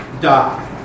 die